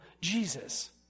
Jesus